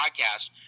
podcast